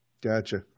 gotcha